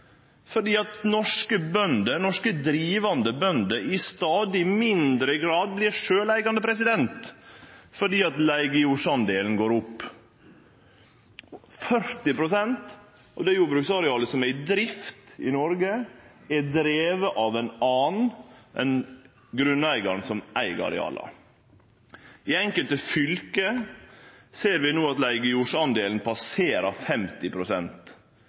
fordi norske bønder, norske drivande bønder, i stadig mindre grad vert sjølveigande, fordi leigejordsdelen går opp. 40 pst. av jordbruksarealet som er i drift i Noreg, er drive av ein annan enn grunneigaren som eig areala. I enkelte fylke ser vi no at leigejordsdelen passerer